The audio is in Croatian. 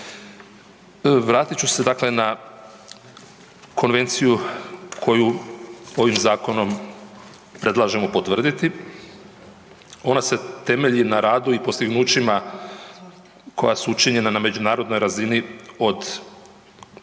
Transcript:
Vratiti ću se dakle na konvenciju koju ovim zakonom predlažemo potvrditi. Ona se temelji na radu i postignućima koja su učinjena na međunarodnoj razini od Europske